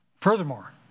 Furthermore